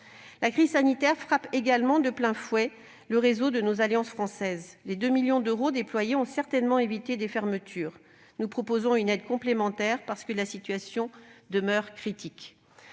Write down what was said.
La crise sanitaire frappe également de plein fouet le réseau de nos alliances françaises. Les 2 millions d'euros déployés ont certainement évité des fermetures, mais nous proposons une aide complémentaire, parce que la situation demeure critique.